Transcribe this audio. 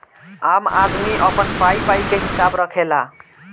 आम आदमी अपन पाई पाई के हिसाब रखेला